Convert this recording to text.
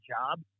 job